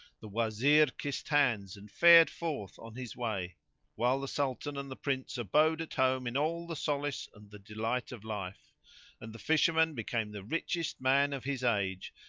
the wazir kissed hands and fared forth on his way while the sultan and the prince abode at home in all the solace and the delight of life and the fisherman became the richest man of his age,